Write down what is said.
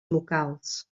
locals